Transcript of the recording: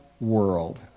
world